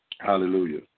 Hallelujah